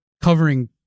Covering